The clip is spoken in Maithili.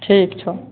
ठीक छह